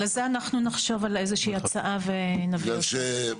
לזה אנחנו נחשוב על איזושהי הצעה ונביא את זה.